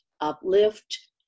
uplift